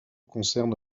concerne